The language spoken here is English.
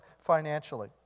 financially